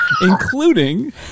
including